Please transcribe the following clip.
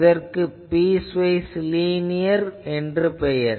இதற்கு piecewise linear என்று பெயர்